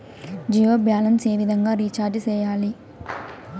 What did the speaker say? Jio balance ఏ విధంగా recharge సేయాలి?